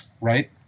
right